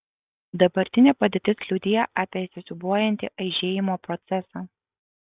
dabartinė padėtis liudija apie įsisiūbuojantį aižėjimo procesą